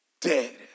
dead